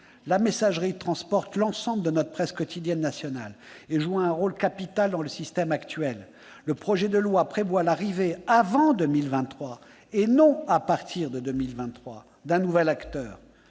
la messagerie transporte l'ensemble de notre presse quotidienne nationale et joue un rôle capital dans le système actuel. Le projet de loi prévoit l'arrivée, avant 2023, et non à partir de cette date, d'un nouvel acteur.